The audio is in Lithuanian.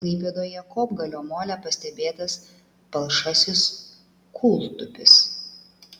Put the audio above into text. klaipėdoje kopgalio mole pastebėtas palšasis kūltupis